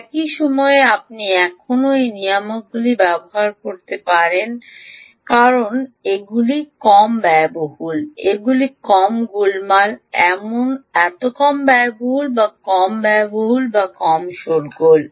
একই সময়ে আপনি এখনও এই নিয়ামকগুলি ব্যবহার করতে চান কারণ এগুলি কম ব্যয়বহুল এগুলি কম গোলমাল এত কম ব্যয়বহুল কম ব্যয়বহুল কম শোরগোল